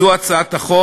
זו הצעת החוק,